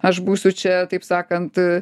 aš būsiu čia taip sakant